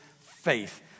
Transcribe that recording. faith